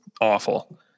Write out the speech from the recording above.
awful